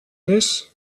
this